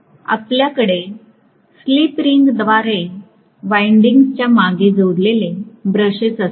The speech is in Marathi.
तर आपल्याकडे स्लिप रिंगद्वारे वाइईंडिंग्स च्या मागे जोडलेले ब्रशेस असतील